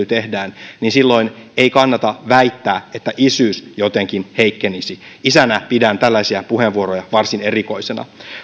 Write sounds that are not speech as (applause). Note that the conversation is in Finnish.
(unintelligible) tehdään niin silloin ei kannata väittää että isyys jotenkin heikkenisi isänä pidän tällaisia puheenvuoroja varsin erikoisina